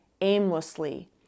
aimlessly